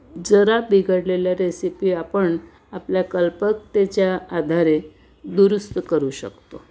जरा बिघडलेल्या रेसिपी आपण आपल्या कल्पकतेच्या आधारे दुरुस्त करू शकतो